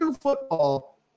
football